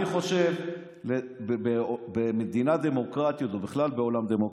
אני חושב שבמדינה דמוקרטית, ובכלל בעולם דמוקרטי,